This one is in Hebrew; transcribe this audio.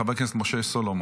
חבר הכנסת משה סולומון.